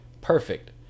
perfect